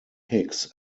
hicks